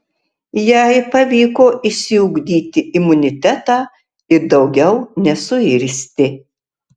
jai pavyko išsiugdyti imunitetą ir daugiau nesuirzti